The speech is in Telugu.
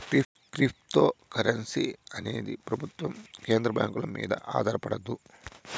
క్రిప్తోకరెన్సీ అనేది ప్రభుత్వం కేంద్ర బ్యాంకుల మీద ఆధారపడదు